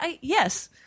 Yes